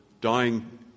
dying